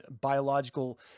biological